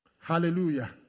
Hallelujah